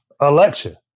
election